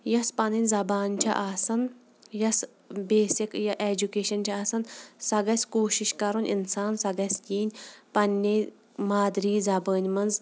یۄس پَنٕنۍ زَبان چھِ آسان یۄس بیسِک ایجوٗکیشَن چھُ آسان سۄ گژھِ کوٗشِش کرُن اِنسان سۄ گژھِ یِنۍ پَنٕنہِ مادری زَبانۍ منٛز